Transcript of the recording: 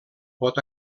pot